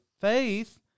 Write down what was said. faith